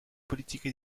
politique